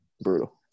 brutal